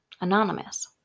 anonymous